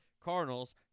Cardinals